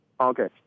Okay